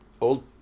Old